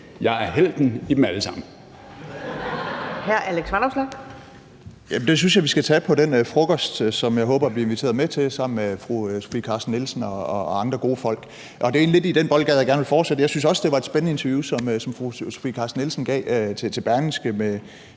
Jeg er helten i dem alle sammen.